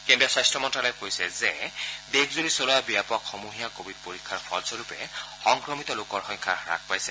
কেন্দ্ৰীয় স্বাস্থ্য মন্ত্ৰালয়ে কৈছে যে দেশজুৰি চলোৱা ব্যাপক সমূহীয়া কোৱিড পৰীক্ষাৰ ফলস্বৰূপে সংক্ৰমিত লোকৰ সংখ্যা ক্ৰমাৎ হাস পাইছে